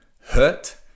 hurt